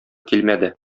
килмәде